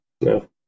No